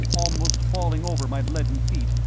almost falling over my leaden feet,